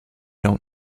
don’t